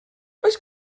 oes